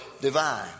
divine